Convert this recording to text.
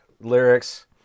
lyrics